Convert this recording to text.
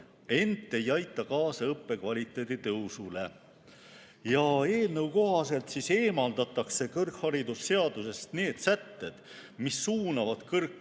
ent ei aita kaasa õppekvaliteedi tõusule. Eelnõu kohaselt eemaldatakse kõrgharidusseadusest need sätted, mis suunavad